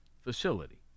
facility